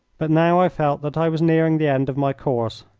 but now i felt that i was nearing the end of my course.